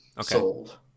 sold